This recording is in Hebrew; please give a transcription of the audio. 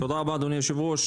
תודה רבה, אדוני היו"ר.